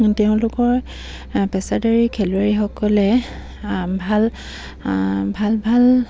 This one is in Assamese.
তেওঁলোকৰ পেছাদাৰী খেলুৱৈসকলে ভাল ভাল ভাল